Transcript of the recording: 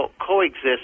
coexist